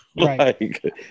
Right